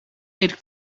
aid